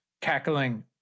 cackling